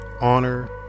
honor